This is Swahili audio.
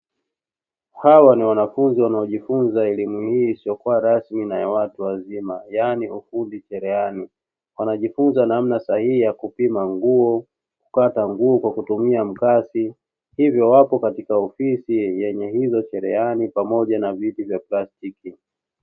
Hawa ni wanafunzi wanaojifunza elimu hii isiyokuwa rasmi na ya watu wazima yaani ufundi cherehani, wanajifunza namna sahihi ya kupima nguo, kukata nguo kwa kutumia mkasi, hivyo wapo katika ofisi yenye hizo cherehani pamoja na viti vya plastiki.